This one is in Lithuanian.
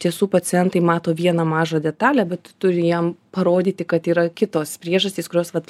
tiesų pacientai mato vieną mažą detalę bet turi jam parodyti kad yra kitos priežastys kurios vat